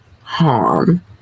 harm